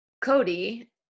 Cody